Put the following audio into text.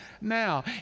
now